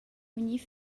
vegnir